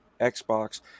Xbox